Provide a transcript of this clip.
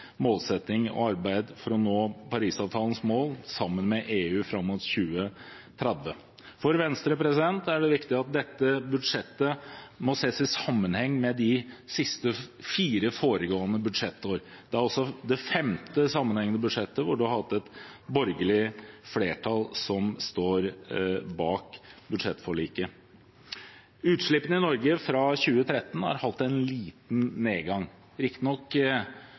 målsetting og arbeide for å nå Parisavtalens mål sammen med EU fram mot 2030. For Venstre er det viktig at dette budsjettet ses i sammenheng med de fire foregående budsjettårene. Dette er det femte sammenhengende budsjettet hvor vi har hatt et borgerlig flertall som står bak budsjettforliket. Utslippene i Norge har hatt en liten nedgang fra 2013, riktignok